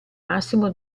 massimo